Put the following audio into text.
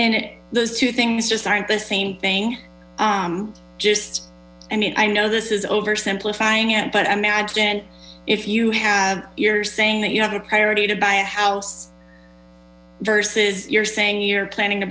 and those two things just aren't the same thng just i mean i know this is oversimplifying it but i imagine if you have your saying that you have a priority to buy a house versus you're saying you're planning to